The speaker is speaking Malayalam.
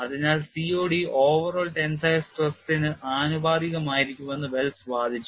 അതിനാൽ COD overall ടെൻസൈൽ സ്ട്രെസ്സിനു ആനുപാതികമായിരിക്കുമെന്ന് വെൽസ് വാദിച്ചു